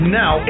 now